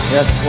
Yes